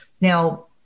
Now